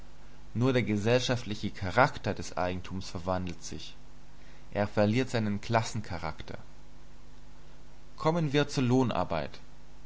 nur der gesellschaftliche charakter des eigentums verwandelt sich er verliert seinen klassencharakter kommen wir zur lohnarbeit